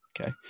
Okay